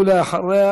ואחריה,